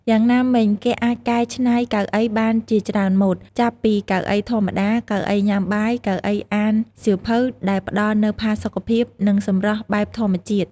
យ៉ាងណាមិញ គេអាចកែឆ្នៃកៅអីបានជាច្រើនម៉ូដ ចាប់ពីកៅអីធម្មតា កៅអីញ៉ាំបាយ កៅអីអានសៀវភៅដែលផ្តល់នូវផាសុកភាព និងសម្រស់បែបធម្មជាតិ។